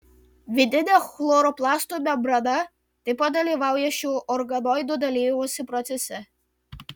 vidinė chloroplastų membrana taip pat dalyvauja šių organoidų dalijimosi procese